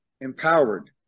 empowered